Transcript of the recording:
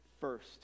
first